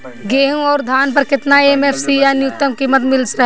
गेहूं अउर धान पर केतना एम.एफ.सी या न्यूनतम कीमत मिल रहल बा?